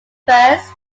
first